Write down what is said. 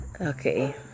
okay